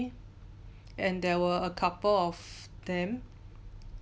and there were a couple of them